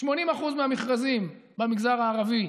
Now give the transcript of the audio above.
80% מהמכרזים במגזר הערבי,